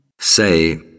say